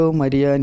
Maria